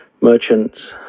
Merchants